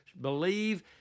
believe